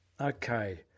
okay